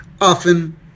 often